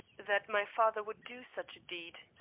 that my father would do such a deed,